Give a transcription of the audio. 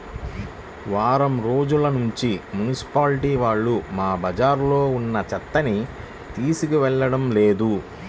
వారం రోజుల్నుంచి మున్సిపాలిటీ వాళ్ళు మా బజార్లో ఉన్న చెత్తని తీసుకెళ్లడం లేదు